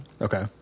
Okay